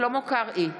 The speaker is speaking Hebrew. שלמה קרעי,